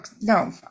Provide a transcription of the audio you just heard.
no